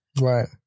Right